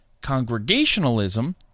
Congregationalism